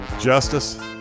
Justice